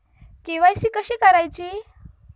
KYC कशी करायची?